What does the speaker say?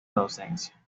docencia